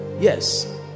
Yes